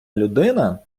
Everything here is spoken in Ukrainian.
людина